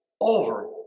over